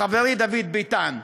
חברי דוד ביטן.